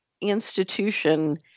institution